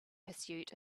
pursuit